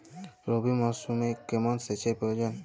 রবি মরশুমে কেমন সেচের প্রয়োজন?